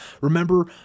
Remember